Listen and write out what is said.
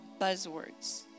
buzzwords